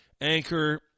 Anchor